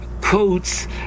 coats